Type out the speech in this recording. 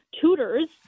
tutors